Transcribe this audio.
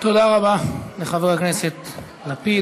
תודה רבה לחבר הכנסת לפיד,